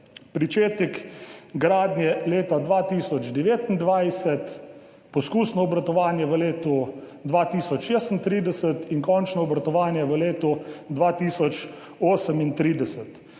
pričetek gradnje leta 2029, poskusno obratovanje v letu 2036 in končno obratovanje v letu 2038.